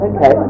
Okay